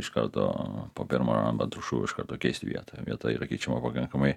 iš karto po pirmo to šūvio iš karto keisti vietą vieta yra keičiama pakankamai